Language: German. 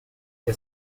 ihr